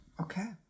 Okay